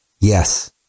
Yes